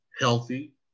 healthy